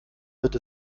wird